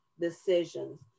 decisions